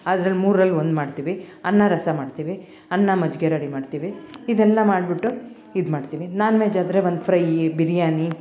ಅದ್ರಲ್ಲಿ ಮೂರಲ್ಲಿ ಒಂದು ಮಾಡ್ತೀವಿ ಅನ್ನ ರಸ ಮಾಡ್ತೀವಿ ಅನ್ನ ಮಜ್ಜಿಗೆ ರೆಡಿ ಮಾಡ್ತೀವಿ ಇದೆಲ್ಲಾ ಮಾಡಿಬಿಟ್ಟು ಇದು ಮಾಡ್ತೀವಿ ನಾನ್ ವೆಜ್ ಆದರೆ ಒಂದು ಫ್ರೈ ಬಿರಿಯಾನಿ